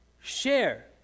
share